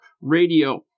Radio